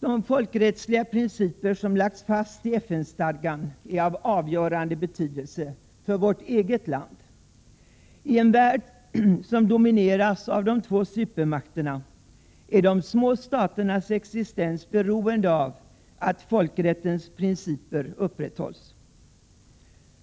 De folkrättsliga principer som lagts fast i FN-stadgan är av avgörande betydelse för vårt eget land. I en värld som domineras av de två supermakterna är de små staternas existens beroende av att folkrättens principer upprätthålls.